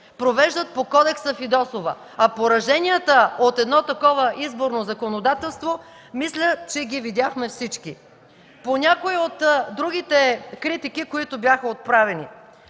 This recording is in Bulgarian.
провеждат по Кодекса Фидосова, а пораженията от едно такова изборно законодателство мисля, че ги видяхме всички. По някои от другите критики, които бяха отправени.